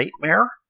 nightmare